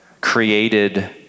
created